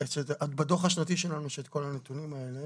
בדוח השנתי שלנו יש כל הנתונים האלה.